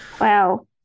Wow